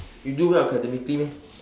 you do well academically meh